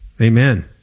Amen